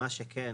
מה שכן,